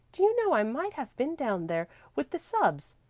do you know i might have been down there with the subs.